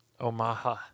Omaha